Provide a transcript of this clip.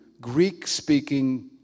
Greek-speaking